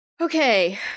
Okay